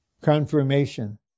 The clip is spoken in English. confirmation